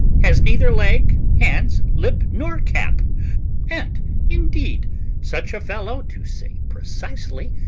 has neither leg, hands, lip, nor cap and indeed such a fellow, to say precisely,